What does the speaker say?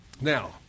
Now